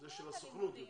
זה של הסוכנות יותר.